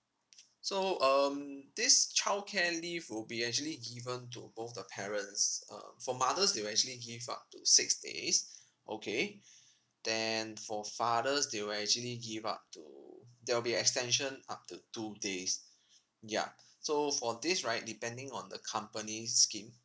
so um this childcare leave will be actually given to both the parents uh for mothers they will actually give up to six days okay then for fathers they will actually give up to there will be extension up to two days yup so for this right depending on the company's scheme